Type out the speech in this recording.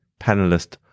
panelist